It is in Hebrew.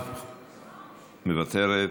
מוותרת,